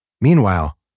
Meanwhile